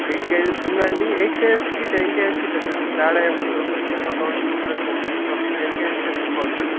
eight kgs ఉందండి eight కేజిస్కి ten కేజిస్కి పెద్ద తేడా ఏమి ఉండదు ఒక త్రీ ఫోర్ థౌజండ్ డిఫరెన్స్ ఉంటుంది సో మీరు టెన్ కేజిదే తీసుకోవచ్చు